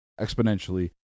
exponentially